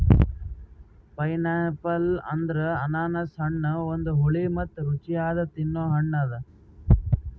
pineapple ಅಂದುರ್ ಅನಾನಸ್ ಹಣ್ಣ ಒಂದು ಹುಳಿ ಮತ್ತ ರುಚಿಯಾದ ತಿನ್ನೊ ಹಣ್ಣ ಅದಾ